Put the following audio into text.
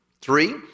three